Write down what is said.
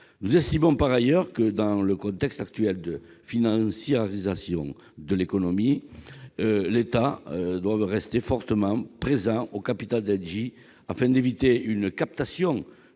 Nous estimons par ailleurs que dans le contexte actuel de financiarisation de l'économie, l'État doit rester fortement présent au capital d'Engie, afin d'éviter la captation